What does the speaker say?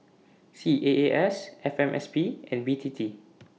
C A A S F M S P and B T T